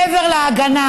מעבר להגנה,